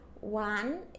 One